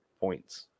points